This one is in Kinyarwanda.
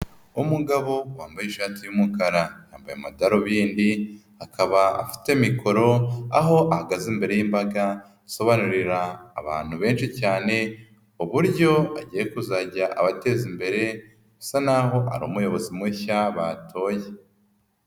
Umugabo wambaye ishati y'umukara, yambaye amadarubindi, akaba afite mikoro aho ahagaze imbere y'imbaga asobanurira abantu benshi cyane uburyo agiye kuzajya abateza imbere, bisa n'aho ari umuyobozi mushya batoye.